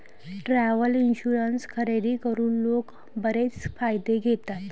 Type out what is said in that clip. travel insurance खरेदी करून लोक बरेच फायदे घेतात